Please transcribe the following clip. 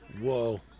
Whoa